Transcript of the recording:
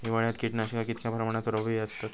हिवाळ्यात कीटकनाशका कीतक्या प्रमाणात प्रभावी असतत?